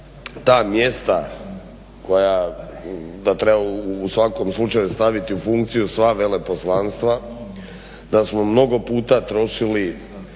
ta mjesta koja, da treba u svakom slučaju staviti u funkciju sva veleposlanstva da smo mnogo puta trošili